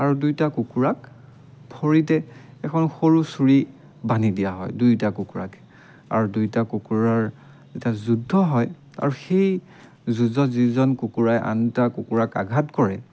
আৰু দুইটা কুকুৰাক ভৰিতে এখন সৰু ছুৰী বান্ধি দিয়া হয় দুয়োটা কুকুৰাকে আৰু দুয়োটা কুকুৰাৰ যেতিয়া যুদ্ধ হয় আৰু সেই যুঁজত যিজন কুকুৰাই আন এটা কুকুৰাক আঘাত কৰে